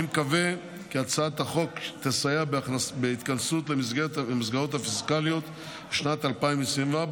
אני מקווה כי הצעת החוק תסייע בהתכנסות למסגרות הפיסקליות לשנת 2024,